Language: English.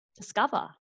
discover